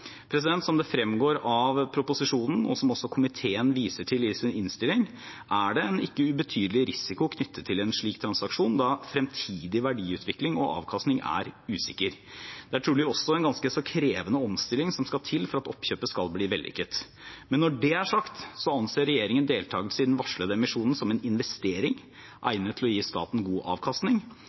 Som det fremgår av proposisjonen, og som også komiteen viser til i sin innstilling, er det en ikke ubetydelig risiko knyttet til en slik transaksjon, da fremtidig verdiutvikling og avkastning er usikker. Det er trolig også en ganske så krevende omstilling som skal til for at oppkjøpet skal bli vellykket. Når det er sagt, anser regjeringen deltakelse i den varslede emisjonen som en investering egnet til å gi staten god avkastning,